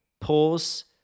Pause